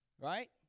right